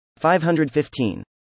515